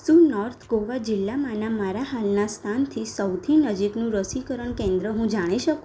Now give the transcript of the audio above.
શું નોર્થ ગોવા જિલ્લામાંના મારા હાલના સ્થાનથી સૌથી નજીકનું રસીકરણ કેન્દ્ર હું જાણી શકું